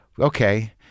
okay